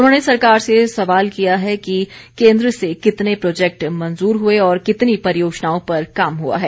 उन्होंने सरकार से सवाल किया कि केंद्र से कितने प्रोजेक्ट मंजूर हुए और कितनी परियाजनाओं पर काम हुआ है